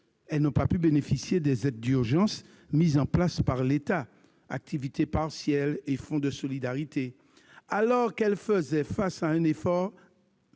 Elles n'ont pas pu bénéficier des aides d'urgence mises en place par l'État, telles que l'activité partielle et le fonds de solidarité, alors qu'elles faisaient face à un effondrement